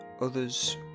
others